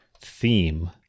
theme